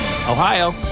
Ohio